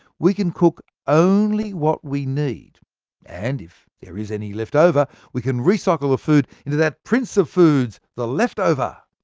we can cook only what we need and if there is any left over, we can recycle the ah food into that prince of foods, the leftover.